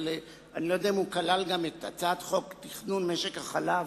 אני לא יודע אם הוא כלל את הצעת חוק תכנון משק החלב.